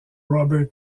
robert